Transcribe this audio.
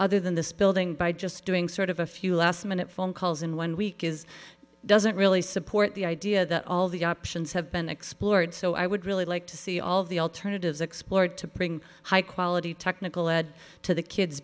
other than this building by just doing sort of a few last minute phone calls in one week is doesn't really support the idea that all the options have been explored so i would really like to see all the alternatives explored to bring high quality technical lead to the kids